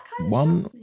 one